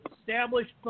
established